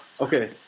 Okay